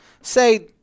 say